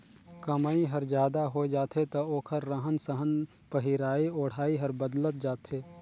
कमई हर जादा होय जाथे त ओखर रहन सहन पहिराई ओढ़ाई हर बदलत जाथे